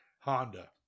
Honda